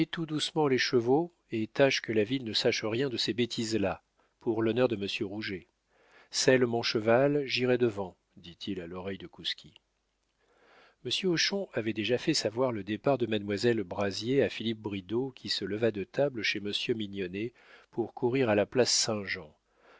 tout doucement les chevaux et tâche que la ville ne sache rien de ces bêtises là pour l'honneur de monsieur rouget selle mon cheval j'irai devant dit-il à l'oreille de kouski monsieur hochon avait déjà fait savoir le départ de mademoiselle brazier à philippe bridau qui se leva de table chez monsieur mignonnet pour courir à la place